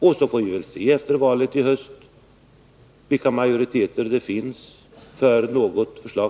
Sedan får vi se efter valet i höst vilka majoriteter det finns för olika förslag.